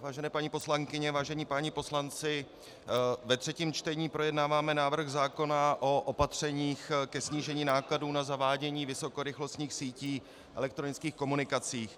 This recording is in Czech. Vážené paní poslankyně, vážení páni poslanci, ve třetím čtení projednáváme návrh zákona o opatřeních ke snížení nákladů na zavádění vysokorychlostních sítí elektronických komunikací.